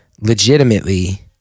legitimately